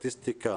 הסטטיסטיקה